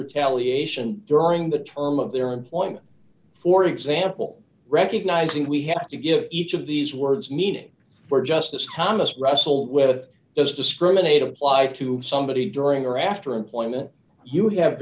retaliation during the term of their employment for example recognizing we have to give each of these words meaning for justice thomas russell with those discriminate applied to somebody during or after employment you have